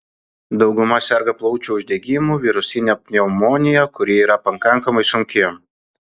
dauguma serga plaučių uždegimu virusine pneumonija kuri yra pakankamai sunki